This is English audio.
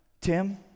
Tim